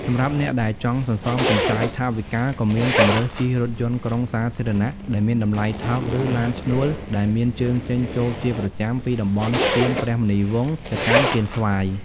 សម្រាប់អ្នកដែលចង់សន្សំសំចៃថវិកា ក៏មានជម្រើសជិះរថយន្តក្រុងសាធារណៈដែលមានតម្លៃថោក ឬឡានឈ្នួលដែលមានជើងចេញចូលជាប្រចាំពីតំបន់ស្ពានព្រះមុនីវង្សទៅកាន់កៀនស្វាយ។